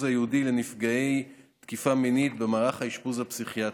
הייעודי לנפגע תקיפה מינית במערך האשפוז הפסיכיאטרי.